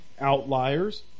outliers